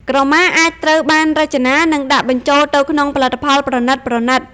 ក្រមាអាចត្រូវបានរចនា និងដាក់បញ្ចូលទៅក្នុងផលិតផលប្រណីតៗ។